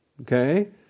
Okay